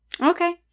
Okay